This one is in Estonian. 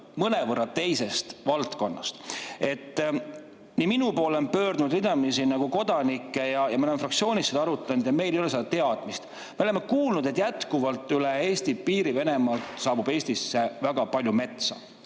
mõnevõrra teisest valdkonnast. Minu poole on pöördunud ridamisi kodanikke ja me oleme fraktsioonis seda [teemat] arutanud, ent meil ei ole seda teadmist. Me oleme kuulnud, et jätkuvalt saabub üle Eesti piiri Venemaalt Eestisse väga palju metsa,